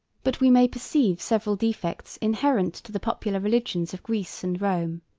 but we may perceive several defects inherent to the popular religions of greece and rome,